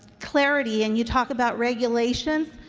clarity and you talk about regulations.